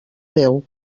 déu